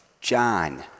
John